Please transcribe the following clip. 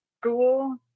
school